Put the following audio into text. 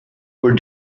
were